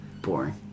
Boring